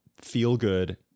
feel-good